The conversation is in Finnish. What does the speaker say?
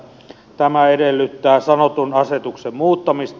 tämä edellyttää sanotun asetuksen muuttamista